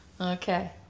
Okay